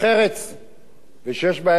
ושיש בהן אהבת הארץ.